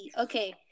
Okay